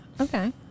okay